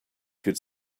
could